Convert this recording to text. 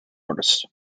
artist